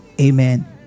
amen